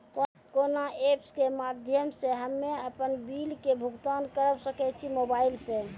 कोना ऐप्स के माध्यम से हम्मे अपन बिल के भुगतान करऽ सके छी मोबाइल से?